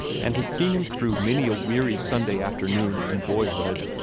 and had seen him through many a weary sunday afternoon in boyhood.